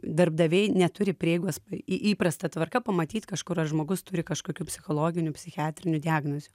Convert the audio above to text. darbdaviai neturi prieigos įprasta tvarka pamatyt kažkur ar žmogus turi kažkokių psichologinių psichiatrinių diagnozių